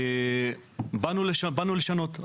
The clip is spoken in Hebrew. באנו לשנות.